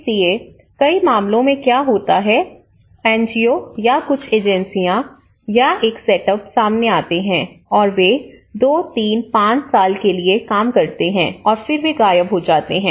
इसलिए कई मामलों में क्या होता है एनजीओ या कुछ एजेंसियां या एक सेटअप सामने आते है और वे 2 3 5 साल के लिए काम करते हैं और फिर वे गायब हो जाते हैं